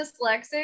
dyslexic